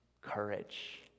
courage